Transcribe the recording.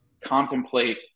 contemplate